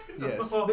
Yes